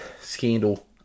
scandal